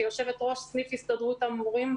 כיושבת ראש סניף הסתדרות המורים,